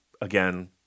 again